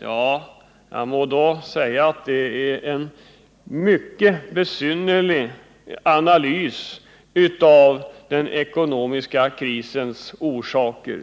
Ja, jag måste säga att det är en besynnerlig analys av den ekonomiska krisens orsaker,